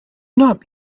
not